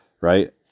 right